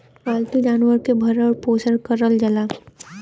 पालतू जानवरन के भरण पोसन करल जाला